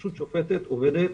הרשות השופטת עובדת